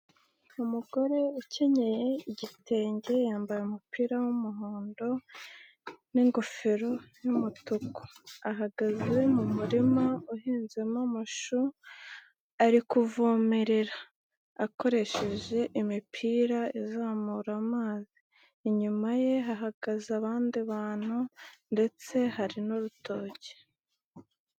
Umugore ukenyeye igitenge, yambaye umupira w'umuhondo n'ingofero y'umutuku, ahagaze mu murima uhinzemo amashu, ari kuvomerera, akoresheje imipira izamura amazi, inyuma ye hahagaze abandi bantu ndetse hari n'urutoki.